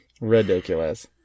Ridiculous